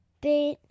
bit